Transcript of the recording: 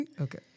Okay